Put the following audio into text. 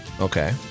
Okay